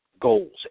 goals